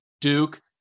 Duke